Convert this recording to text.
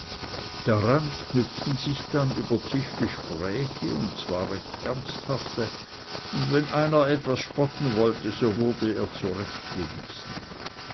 daran knüpften sich dann über tisch gespräche und zwar recht ernsthafte und wenn einer etwas spotten wollte so wurde er